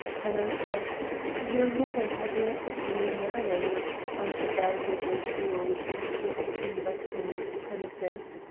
then i said your mother has allotted me an hour in which to find the valuable jewel which has just been lost on these premises.